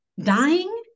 dying